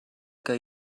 que